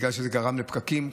כי זה גרם לפקקים.